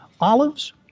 olives